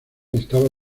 estaba